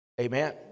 Amen